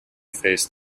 faced